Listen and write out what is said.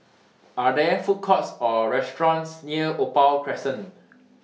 Are There Food Courts Or restaurants near Opal Crescent